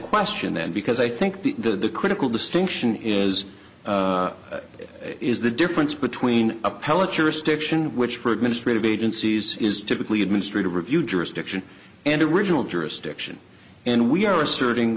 question then because i think the the critical distinction is is the difference between appellate jurisdiction which for administrative agencies is typically administrative review jurisdiction and original jurisdiction and we are asserting